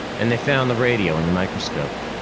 and they found the radio in the microscope.